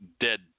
dead